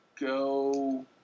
Go